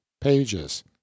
pages